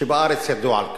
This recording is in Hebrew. שבארץ ידעו על כך.